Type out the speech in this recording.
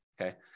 okay